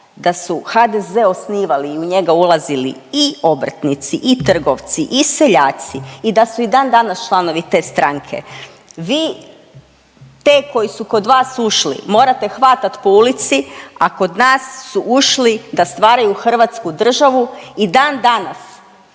da su HDZ osnivali i u njega ulazili i obrtnici i trgovci i seljaci i da su i dan danas članovi te stranke. Vi te koji su kod vas ušli morate hvatat po ulici, a kod nas su ušli da stvaraju hrvatsku državu i dan danas